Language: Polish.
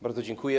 Bardzo dziękuję.